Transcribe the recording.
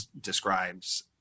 describes